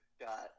got